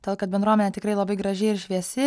todėl kad bendruomenė tikrai labai graži ir šviesi